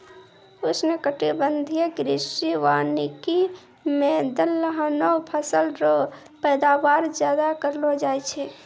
उष्णकटिबंधीय कृषि वानिकी मे दलहनी फसल रो पैदावार ज्यादा करलो जाय छै